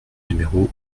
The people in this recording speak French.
numéro